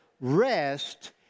rest